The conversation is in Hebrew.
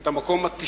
את המקום ה-97.